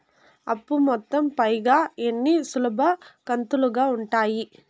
అప్పు మొత్తం పైన ఎన్ని సులభ కంతులుగా ఉంటాయి?